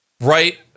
right